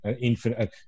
infinite